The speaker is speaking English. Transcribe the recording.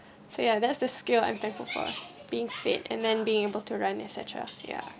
so ya that's the skill I'm thankful for being fit and then being able to run etcetera ya